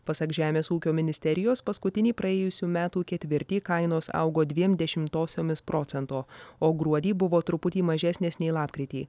pasak žemės ūkio ministerijos paskutinį praėjusių metų ketvirtį kainos augo dviem dešimtosiomis procento o gruodį buvo truputį mažesnės nei lapkritį